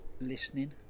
listening